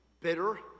bitter